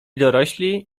dorośli